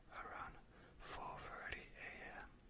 around four thirty a m,